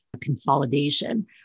consolidation